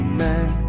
man